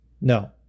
no